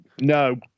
No